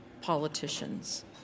politicians